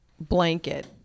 blanket